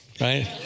Right